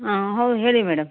ಹಾಂ ಹೌದು ಹೇಳಿ ಮೇಡಮ್